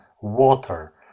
water